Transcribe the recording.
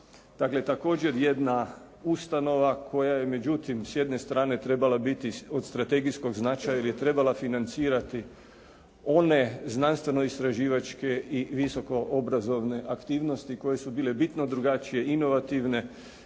također jedna ustanova koja je međutim s jedne strane trebala biti od stategijskog značaja jer je trebala financirati one znanstveno istraživačke i visoko obrazovne aktivnosti koje su bile bitno drugačije, inovativne